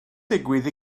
digwydd